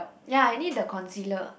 ya I need the concealer